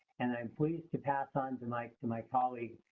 and i'm pleased to pass on to my to my colleague,